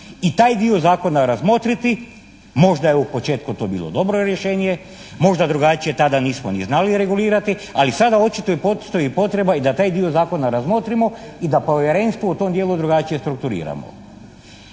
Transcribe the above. i taj dio zakona razmotriti, možda je u početku to bilo dobro rješenje, možda drugačije tada nismo ni znali regulirati, ali sada očito postoji i potreba i da taj dio zakona razmotrimo i da Povjerenstvo u tom dijelu drugačije strukturiramo.